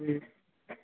जी